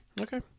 Okay